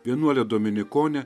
vienuolę dominikonę